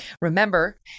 Remember